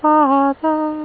Father